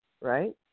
right